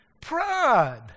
Pride